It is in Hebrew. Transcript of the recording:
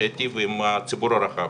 שייטיב עם הציבור הרחב.